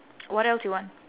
what else you want